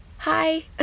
hi